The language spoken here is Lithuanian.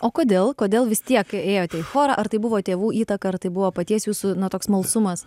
o kodėl kodėl vis tiek ėjote į chorą ar tai buvo tėvų įtaka ar tai buvo paties jūsų na toks smalsumas